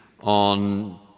on